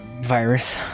virus